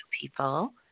people